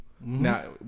Now